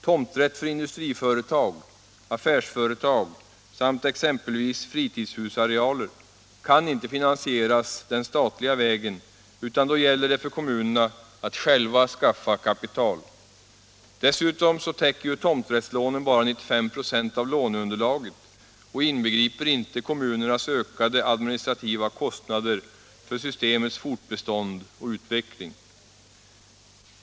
Tomträtt för industriföretag, affärsföretag och exempelvis fritidshusarealer kan inte finansieras den statliga vägen, utan då gäller det för kommunerna att själva skaffa kapital. Dessutom täcker ju tomträttslånen bara 95 926 av låneunderlaget och inbegriper inte kommunernas ökade administrativa kostnader för systemets fortbestånd och utveckling.